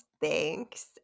Thanks